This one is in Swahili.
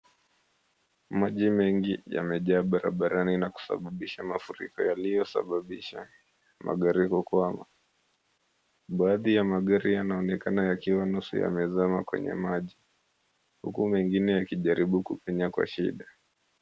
Maji mengi yamejaa barabarani na kusababisha mafuriko yaliyosababisha magari kukwama. Baadhi ya magari yanaonekana yakiwa nusu yamezama kwenye maji huku mengine yakijaribu kupenya kwa shida.